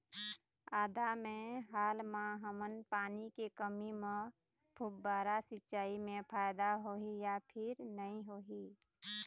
आदा मे हाल मा हमन पानी के कमी म फुब्बारा सिचाई मे फायदा होही या फिर नई होही?